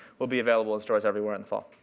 will be available in stores everywhere in the fall.